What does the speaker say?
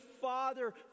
Father